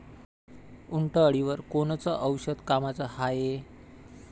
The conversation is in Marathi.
उंटअळीवर कोनचं औषध कामाचं हाये?